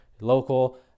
local